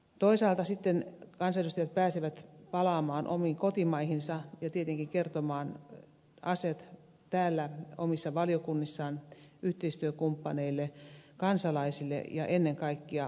toisaalta kansanedustajat pääsevät sitten palaamaan omiin kotimaihinsa ja tietenkin kertomaan asiat täällä omissa valiokunnissaan yhteistyökumppaneille kansalaisille ja ennen kaikkea hallitukselle